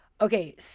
Okay